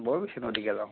নদীকে যাওঁ